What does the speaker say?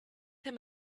him